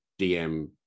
dm